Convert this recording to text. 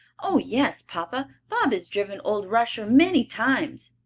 oh, yes, papa. bob has driven old rusher many times.